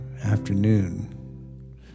afternoon